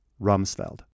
Rumsfeld